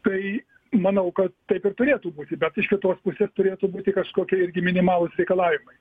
tai manau kad taip ir turėtų būti bet iš kitos pusės turėtų būti kažkokie irgi minimalūs reikalavimai